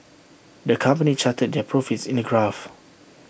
the company charted their profits in A graph